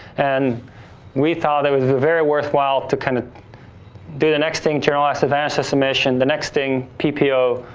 and we thought it was very worthwhile to kind of do the next thing general ah so advantage estimation, the next thing ppo,